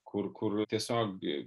kur kur tiesiog